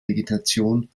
vegetation